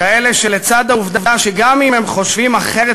כאלה שלצד העובדה שגם אם הם חושבים אחרת